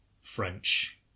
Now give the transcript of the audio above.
French